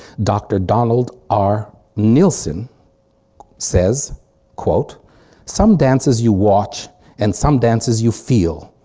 dr. donald r nilson says quote some dances you watch and some dances you feel.